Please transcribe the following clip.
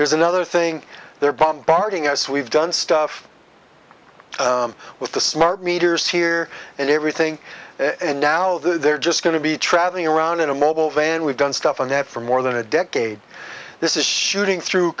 but here's another thing they're bombarding us we've done stuff with the smart meters here and everything and now they're just going to be traveling around in a mobile van we've done stuff on net for more than a decade this is shooting through